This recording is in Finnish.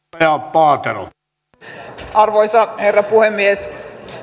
arvoisa herra puhemies